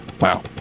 wow